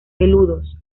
peludos